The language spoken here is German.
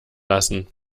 lassen